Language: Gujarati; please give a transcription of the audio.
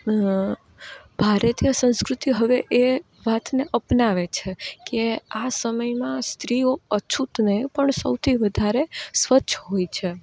ભારતીય સંસ્કૃતિ હવે એ વાતને અપનાવે છે કે આ સમયમાં સ્ત્રીઓ અછૂત નહીં પણ સૌથી વધારે સ્વચ્છ હોય છે